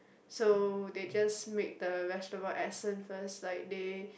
so they just make the vegetable essence first like they